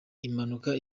imanuka